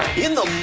in the